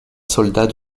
soldat